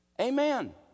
Amen